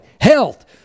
health